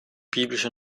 biblische